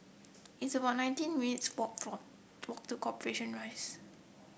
it's about nineteen minutes' walk for to Corporation Rise